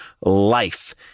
life